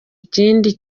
ikindi